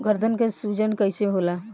गर्दन के सूजन कईसे होला?